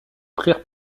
prirent